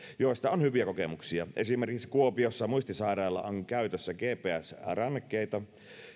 joista on hyviä kokemuksia esimerkiksi kuopiossa muistisairailla on käytössä gps rannekkeita